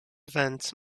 events